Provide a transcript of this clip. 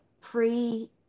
pre